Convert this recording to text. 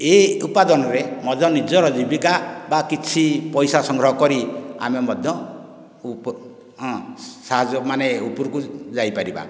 ଏ ଉପାଦନରେ ମଧ୍ୟ ନିଜର ଜୀବିକା ବା କିଛି ପଇସା ସଂଗ୍ରହ କରି ଆମେ ମଧ୍ୟ ହଁ ସାହାଯ୍ୟ ମାନେ ଉପରକୁ ଯାଇପାରିବା